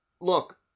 look